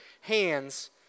hands